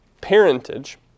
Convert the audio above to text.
parentage